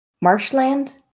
marshland